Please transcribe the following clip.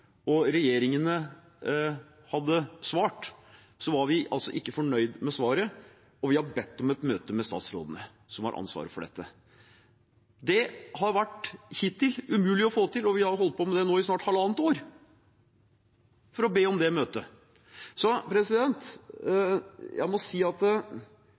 og regjeringene hadde svart, var vi ikke fornøyd med svaret, og vi har bedt om et møte med statsrådene som har ansvaret for dette. Det har hittil vært umulig å få til, og vi har nå holdt på i snart halvannet år med å be om det møtet. Jeg må si